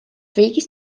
riigis